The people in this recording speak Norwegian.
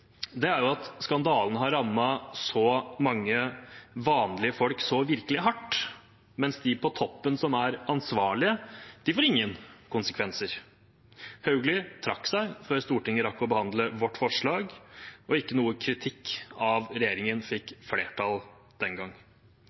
er at skandalen har rammet så mange vanlige folk så virkelig hardt, mens de på toppen som er ansvarlige, får det ingen konsekvenser for. Hauglie trakk seg før Stortinget rakk å behandle vårt forslag, og noen kritikk av regjeringen fikk ikke flertall den